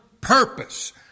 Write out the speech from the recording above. purpose